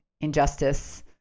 injustice